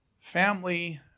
family